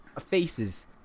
faces